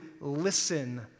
listen